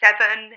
seven